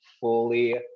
fully